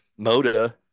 moda